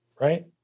Right